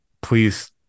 Please